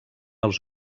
els